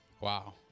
Wow